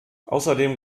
außerdem